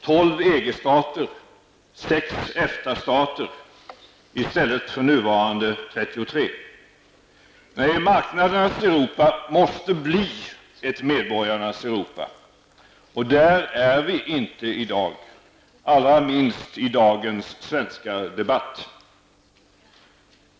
12 EG-stater och 6 EFTA stater -- i stället för nuvarande 33? Nej, marknadernas Europa måste bli ett medborgarnas Europa. Där är vi inte i dag, allra minst i dagens svenska debatt.